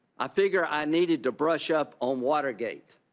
i figure i needed to brush up on watergate.